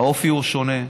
האופי הוא שונה.